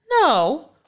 No